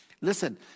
Listen